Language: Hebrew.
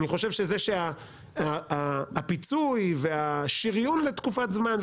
אני חושב שזה שהפיצוי והשריון לתקופת זמן,